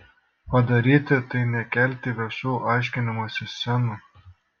padaryti tai nekelti viešų aiškinimosi scenų